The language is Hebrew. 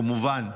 כמובן,